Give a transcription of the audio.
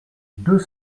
deux